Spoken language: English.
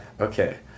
Okay